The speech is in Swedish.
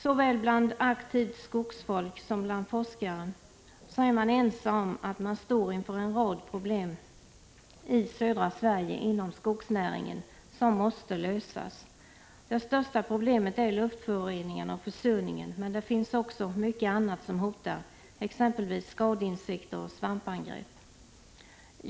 Såväl bland aktivt skogsfolk som bland forskare är man ense om att man i södra Sverige inom skogsnäringen står inför en rad problem som måste lösas. Det största problemet är luftföroreningarna och försurningen, men det finns också mycket annat som hotar, exempelvis skadeinsekter och svampangrepp.